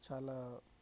చాలా